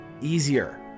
easier